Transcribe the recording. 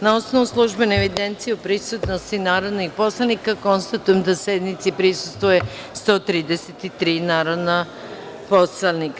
Na osnovu službene evidencije o prisutnosti narodnih poslanika, konstatujem da sednici prisustvuje 133 narodna poslanika.